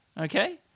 Okay